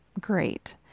great